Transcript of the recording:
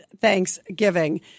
Thanksgiving